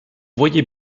voyait